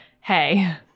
hey